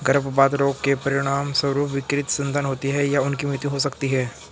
गर्भपात रोग के परिणामस्वरूप विकृत संतान होती है या उनकी मृत्यु हो सकती है